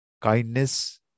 kindness